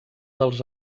dels